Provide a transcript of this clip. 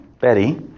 Betty